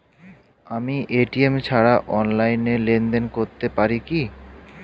আমি এ.টি.এম ছাড়া অনলাইনে লেনদেন করতে পারি কি?